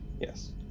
Yes